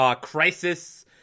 Crisis